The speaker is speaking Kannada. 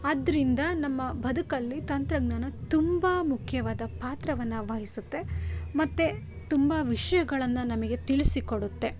ಆದ್ದರಿಂದ ನಮ್ಮ ಬದುಕಲ್ಲಿ ತಂತ್ರಜ್ಞಾನ ತುಂಬ ಮುಖ್ಯವಾದ ಪಾತ್ರವನ್ನು ವಹಿಸುತ್ತೆ ಮತ್ತು ತುಂಬ ವಿಷಯಗಳನ್ನ ನಮಗೆ ತಿಳಿಸಿ ಕೊಡುತ್ತೆ